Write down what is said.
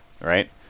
right